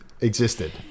existed